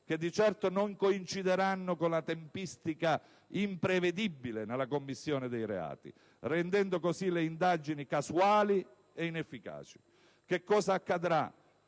che di certo non coincideranno con la tempistica imprevedibile nella commissione dei reati, rendendo così le indagini casuali o inefficaci. Che cosa accadrà